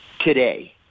today